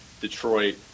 Detroit